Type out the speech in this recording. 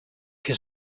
his